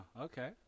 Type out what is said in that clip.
okay